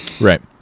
Right